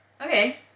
Okay